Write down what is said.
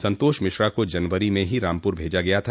संतोष मिश्रा को जनवरी में ही रामपुर भेजा गया था